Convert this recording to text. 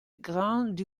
grande